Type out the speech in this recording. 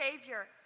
Savior